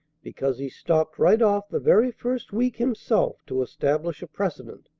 because he stopped right off the very first week himself to establish precedent,